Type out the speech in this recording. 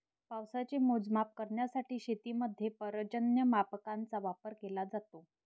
पावसाचे मोजमाप करण्यासाठी शेतीमध्ये पर्जन्यमापकांचा वापर केला जातो